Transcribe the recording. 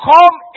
Come